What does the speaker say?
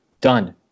done